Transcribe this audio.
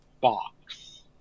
box